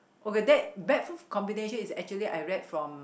okay bad bad food combination is actually I read from